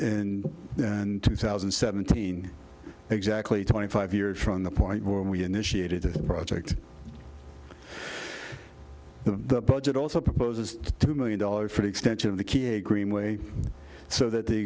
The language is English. completed in two thousand and seventeen exactly twenty five years from the point where we initiated the project the budget also proposes two million dollars for the extension of the key a green way so that the